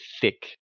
thick